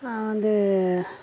இப்போது வந்து